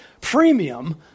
premium